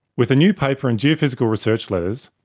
with a new paper in geophysical research letters,